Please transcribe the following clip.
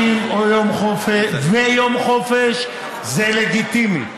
150% ויום חופש זה לגיטימי,